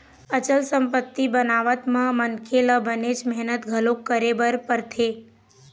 अचल संपत्ति बनावत म मनखे ल बनेच मेहनत घलोक करे बर परथे